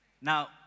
Now